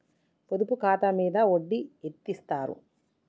పొదుపు ఖాతా మీద వడ్డీ ఎంతిస్తరు?